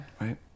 Right